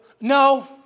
No